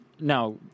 now—